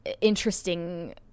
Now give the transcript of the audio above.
interesting